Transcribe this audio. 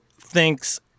thinks